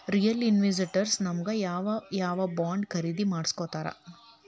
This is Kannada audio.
ರಿಟೇಲ್ ಇನ್ವೆಸ್ಟರ್ಸ್ ನಮಗ್ ಯಾವ್ ಯಾವಬಾಂಡ್ ಖರೇದಿ ಮಾಡ್ಸಿಕೊಡ್ತಾರ?